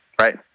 right